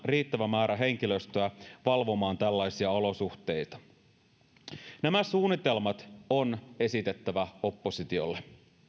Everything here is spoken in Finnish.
riittävä määrä henkilöstöä valvomaan tällaisia olosuhteita nämä suunnitelmat on esitettävä oppositiolle